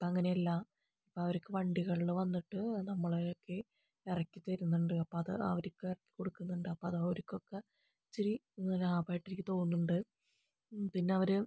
ഇപ്പോൾ അങ്ങനെയല്ല ഇപ്പോൾ അവർക്ക് വണ്ടികളിൽ വന്നിട്ട് അത് നമ്മൾ ഇറക്കി തരുന്നുണ്ട് അപ്പോൾ അത് അവർക്ക് ഇറക്കി കൊടുക്കുന്നുണ്ട് അപ്പോൾ അതവർക്ക് ഒകെ ഇച്ചിരി ലാഭമായിട്ട് എനിക്ക് തോന്നുന്നുണ്ട് പിന്നെ അവർ